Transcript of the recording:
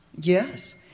Yes